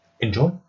Enjoy